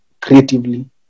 creatively